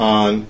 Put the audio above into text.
on